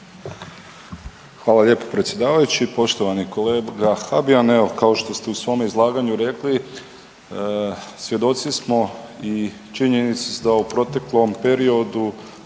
Hvala lijepo predsjedavajući. Poštovani kolega Habijan, evo kao što ste u svom izlaganju rekli svjedoci smo i činjenice su da u proteklom periodu